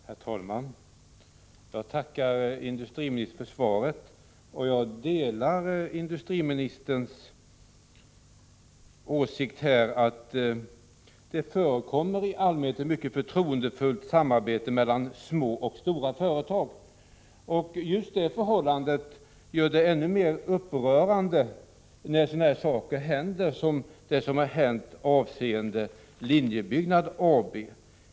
Herr talman! Jag tackar industriministern för svaret. Jag delar industriministerns åsikt att det i allmänhet förekommer ett mycket förtroendefullt samarbete mellan små och stora företag. Just det förhållandet gör det ännu mer upprörande att sådana saker händer som nu har inträffat avseende AB Linjebyggnad.